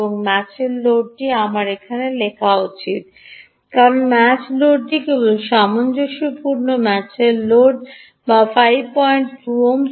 এবং ম্যাচের লোডটি আমার এখানে লেখা উচিত কারণ ম্যাচ লোডটি কেবল সামঞ্জস্যপূর্ণ ম্যাচের লোড 52 ওহম